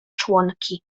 członki